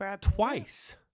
twice